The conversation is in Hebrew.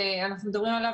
כפי שאנחנו איתרנו,